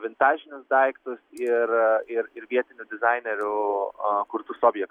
vintažinius daiktus ir ir ir vietinių dizainerių kurtus objektus